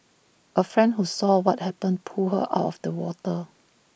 A friend who saw what happened pulled her out of the water